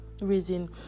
reason